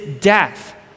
death